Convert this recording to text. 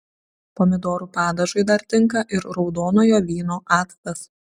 pomidorų padažui dar tinka ir raudonojo vyno actas